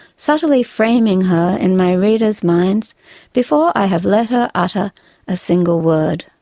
subtly framing her in my readers' minds before i have let her utter a single word.